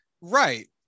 Right